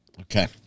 Okay